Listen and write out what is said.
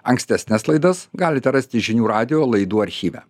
ankstesnes laidas galite rasti žinių radijo laidų archyve